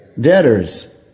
debtors